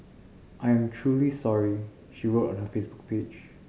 I am truly sorry she wrote on her Facebook page